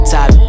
Top